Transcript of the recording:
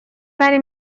وقتی